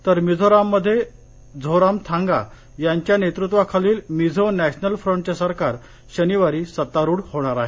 तर मिझोराममध्ये झोरामथांगा यांच्या नेतृत्वाखालील मिझो नॅशनल फ्रंटचे सरकार शनिवारी सत्तारूढ होणार आहे